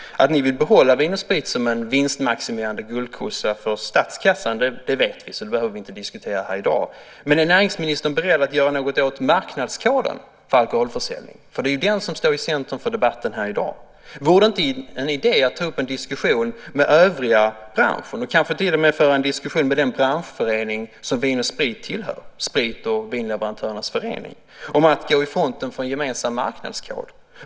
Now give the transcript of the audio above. Att ni vill behålla Vin & Sprit som en vinstmaximerande guldkossa för statskassan, det vet vi, så det behöver vi inte diskutera här i dag. Men är näringsministern beredd att göra något åt marknadskoden för alkoholförsäljning? Det är ju den som står i centrum för debatten här i dag. Vore det inte en idé att ta upp en diskussion med den övriga branschen och kanske till och med föra en diskussion med den branschförening som Vin & Sprit tillhör, Sprit och vinleverantörernas förening, om att gå i fronten för en gemensam marknadskod?